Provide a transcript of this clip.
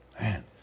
Man